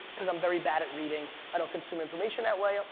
cause i'm very bad at reading, i don't consume information that way,